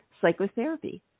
psychotherapy